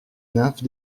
nymphes